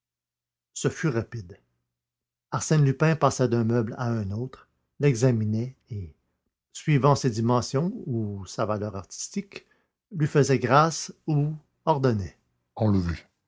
ce fut rapide arsène lupin passait d'un meuble à un autre l'examinait et suivant ses dimensions ou sa valeur artistique lui faisait grâce ou ordonnait enlevez